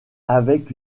avec